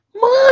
Mom